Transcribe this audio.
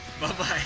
Bye-bye